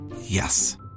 Yes